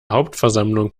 hauptversammlung